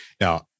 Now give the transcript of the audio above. Now